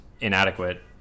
inadequate